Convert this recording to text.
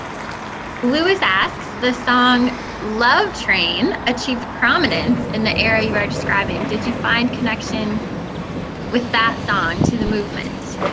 luis asks, the song love train achieved prominence in the area you are describing. did you find connection with that song to the movement?